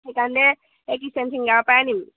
সেইকাৰণে এই কিচেন চিঙাৰ পাই নিমি